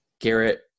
Garrett